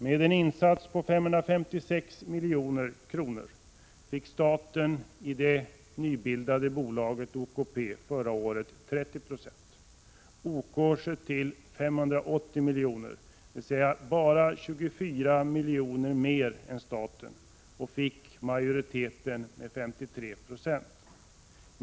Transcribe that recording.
Med en insats på 556 milj.kr. fick staten i det nybildade bolaget OKP 30 20. OK sköt till 580 milj.kr., dvs. bara 24 milj.kr. mer än staten och fick majoriteten med 53 26.